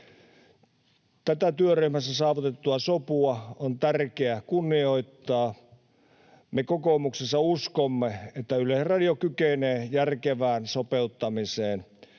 Tätä työryhmässä saavutettua sopua on tärkeä kunnioittaa. Me kokoomuksessa uskomme, että Yleisradio kykenee järkevään sopeuttamiseen.